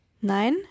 Nein